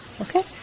Okay